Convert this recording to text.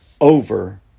Over